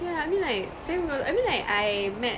yeah I mean like same goe~ I mean like I met